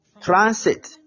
transit